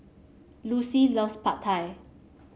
Lucy loves Pad Thai